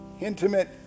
intimate